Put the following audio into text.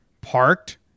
parked